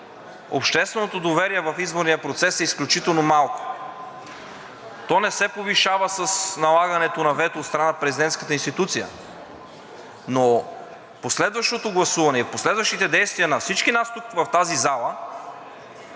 общественото доверие в изборния процес е изключително малко. То не се повишава с налагането на вето от страна на президентската институция, но последващото гласуване и последващите действия на всички нас тук, в тази зала,